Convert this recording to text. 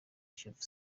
kiyovu